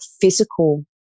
physical